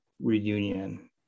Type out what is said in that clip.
reunion